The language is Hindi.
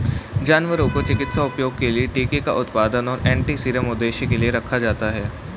जानवरों को चिकित्सा उपयोग के लिए टीके का उत्पादन और एंटीसीरम उद्देश्यों के लिए रखा जाता है